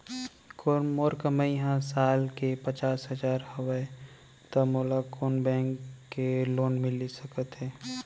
मोर कमाई ह साल के पचास हजार हवय त मोला कोन बैंक के लोन मिलिस सकथे?